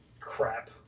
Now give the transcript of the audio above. Crap